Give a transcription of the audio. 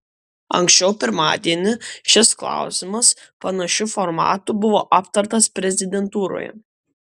anksčiau pirmadienį šis klausimas panašiu formatu buvo aptartas prezidentūroje